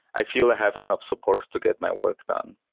i feel i have enough support to get my work done.